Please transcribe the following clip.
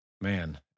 Man